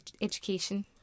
education